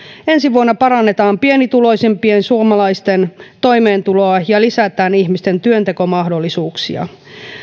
ensi vuonna parannetaan pienituloisimpien suomalaisten toimeentuloa ja lisätään ihmisten työntekomahdollisuuksia